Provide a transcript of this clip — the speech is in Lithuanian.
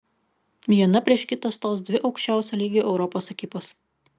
viena prieš kitą stos dvi aukščiausio lygio europos ekipos